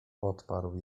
odparł